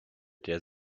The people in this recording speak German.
der